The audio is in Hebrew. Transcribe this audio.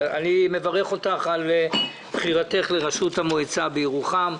אני מברך אותך על בחירתך לראשות המועצה בירוחם.